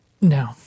No